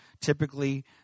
typically –